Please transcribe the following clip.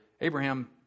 Abraham